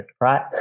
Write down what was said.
right